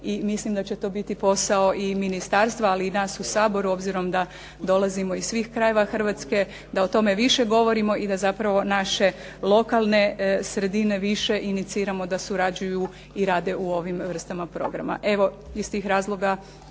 mislim da će to biti posao i ministarstva, ali i nas u Saboru obzirom da dolazimo iz svih krajeva Hrvatske, da o tome više govorimo i da zapravo naše lokalne sredine više iniciramo da surađuju i rade u ovim vrstama programa. Evo, iz tih razloga